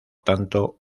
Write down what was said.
tanto